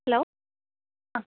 hello ആ